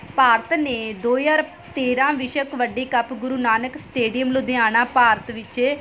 ਭਾਰਤ ਨੇ ਦੋ ਹਜ਼ਾਰ ਤੇਰ੍ਹਾਂ ਵਿਸ਼ਵ ਕਬੱਡੀ ਕੱਪ ਗੁਰੂ ਨਾਨਕ ਸਟੇਡੀਅਮ ਲੁਧਿਆਣਾ ਭਾਰਤ ਵਿੱਚ